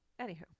anywho